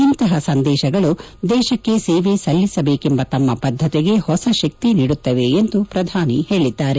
ಇಂತಹ ಸಂದೇಶಗಳು ದೇಶಕ್ಕೆ ಸೇವೆ ಸಲ್ಲಿಸಬೇಕೆಂಬ ತಮ್ಮ ಬದ್ದತೆಗೆ ಹೊಸ ಶಕ್ತಿ ನೀಡುತ್ತವೆ ಎಂದು ಪ್ರಧಾನಮಂತ್ರಿ ಹೇಳಿದ್ದಾರೆ